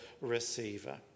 receiver